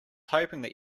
hoping